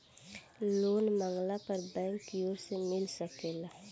loan मांगला पर bank कियोर से मिल सकेला